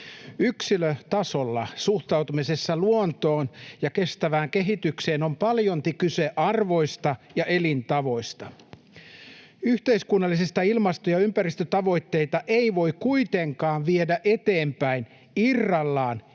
Yksilötasolla suhtautumisessa luontoon ja kestävään kehitykseen on paljolti kyse arvoista ja elintavoista. Yhteiskunnallisesti ilmasto- ja ympäristötavoitteita ei voi kuitenkaan viedä eteenpäin irrallaan